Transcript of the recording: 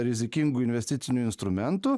rizikingų investicinių instrumentų